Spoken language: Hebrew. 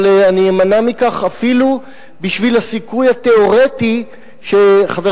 אבל אני אמנע מכך אפילו בשל הסיכוי התיאורטי שחבר